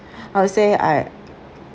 how to say I